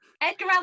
Edgar